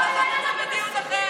לא יכולת להתאפק לעשות את זה בדיון אחר?